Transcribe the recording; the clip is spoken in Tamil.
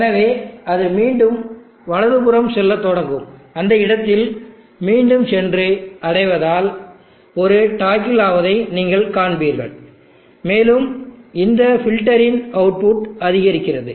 எனவே அது மீண்டும் வலதுபுறம் செல்லத் தொடங்கும் போது அந்த இடத்தில் மீண்டும் சென்று அடைவதால் ஒரு டாக்கில் ஆவதை நீங்கள் காண்பீர்கள் மேலும் இந்த பில்டரின் அவுட்புட் அதிகரிக்கிறது